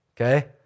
okay